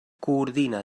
coordina